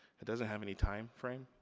it doesn't have any time frame.